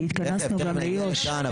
כי התכנסנו גם ליו"ש.